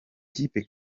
kipe